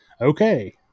okay